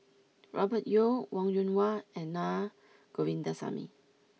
Robert Yeo Wong Yoon Wah and Naa Govindasamy